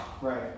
right